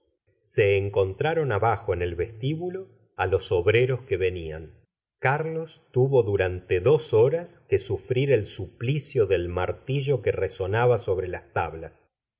se encontraron abajo en el vestíbulo á los obreros que venían carlos tuvo durante dos horas que sufrir el suplicio del martillo que resonaba sobre las tablas